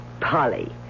Polly